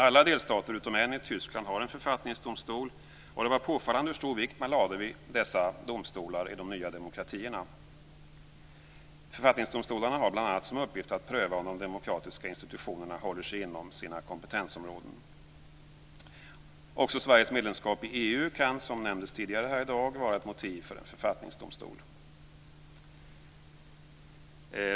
Alla delstater utom en i Tyskland har en författningsdomstol, och det var påfallande hur stor vikt man lade vid dessa domstolar i de nya demokratierna. Författningsdomstolarna har bl.a. som uppgift att pröva om de demokratiska institutionerna håller sig inom sina kompetensområden. Också Sveriges medlemskap i EU kan, som nämndes tidigare här i dag, vara ett motiv för en författningsdomstol.